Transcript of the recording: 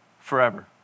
forever